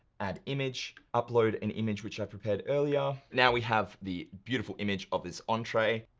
add image. upload an image which i prepared earlier. now we have the beautiful image of this entree.